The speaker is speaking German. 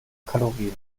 kalorien